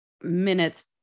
minutes